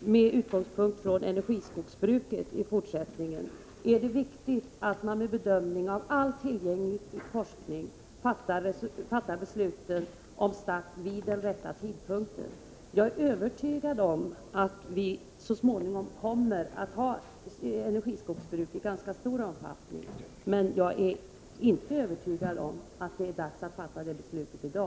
med utgångspunkt i energiskogsbruk i fortsättningen, är det viktigt att man vid bedömningen av all tillgänglig forskning fattar beslut om start vid rätt tidpunkt. Jag är övertygad om att vi så småningom kommer att ha energiskogsbruk i ganska stor omfattning, men jag är inte övertygad om att det är dags att fatta beslut därom i dag.